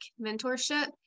mentorship